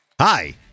Hi